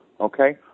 Okay